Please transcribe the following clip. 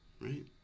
right